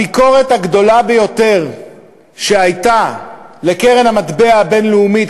הביקורת הגדולה ביותר שהייתה לקרן המטבע הבין-לאומית,